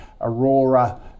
Aurora